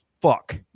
fuck